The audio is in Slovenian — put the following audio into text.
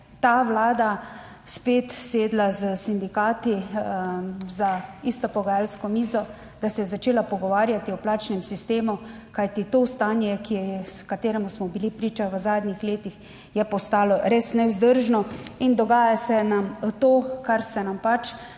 ta Vlada spet sedla s sindikati za isto pogajalsko mizo, da se je začela pogovarjati o plačnem sistemu, kajti to stanje, ki je, kateremu smo bili priča v zadnjih letih, je postalo res nevzdržno. In dogaja se nam to, kar se nam, pač